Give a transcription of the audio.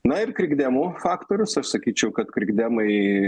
na ir krikdemų faktorius aš sakyčiau kad krikdemai